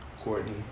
Courtney